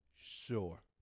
sure